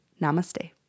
Namaste